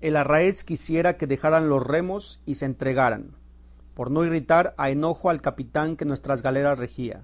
el arráez quisiera que dejaran los remos y se entregaran por no irritar a enojo al capitán que nuestras galeras regía